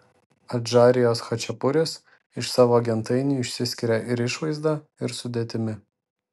adžarijos chačapuris iš savo gentainių išsiskiria ir išvaizda ir sudėtimi